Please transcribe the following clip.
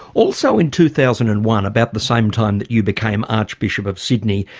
also in two thousand and one about the same time that you became archbishop of sydney,